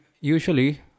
usually